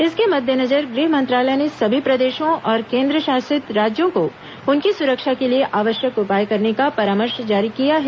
इसके मद्देनजर गृह मंत्रालय ने सभी प्रदेशों और केन्द्र शासित राज्यों को उनकी सुरक्षा के लिए आवश्यक उपाय करने का परामर्श जारी किया है